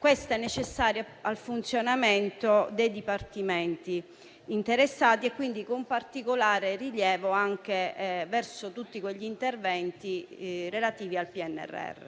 ciò è necessario al funzionamento dei dipartimenti interessati, con particolare rilievo anche per tutti gli interventi relativi al PNRR.